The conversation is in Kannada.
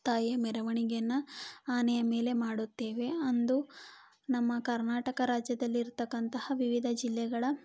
ತಾಯಿಯ ಮೆರವಣಿಗೆಯನ್ನು ಆನೆಯ ಮೇಲೆ ಮಾಡುತ್ತೇವೆ ಅಂದು ನಮ್ಮ ಕರ್ನಾಟಕ ರಾಜ್ಯದಲ್ಲಿ ಇರತಕ್ಕಂತಹ ವಿವಿಧ ಜಿಲ್ಲೆಗಳ